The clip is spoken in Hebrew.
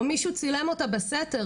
או מישהו צילם אותה בסתר,